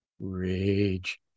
Rage